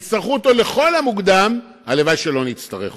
יצטרכו אותו לכל המוקדם, הלוואי שלא נצטרך אותו,